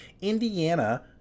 Indiana